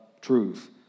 truth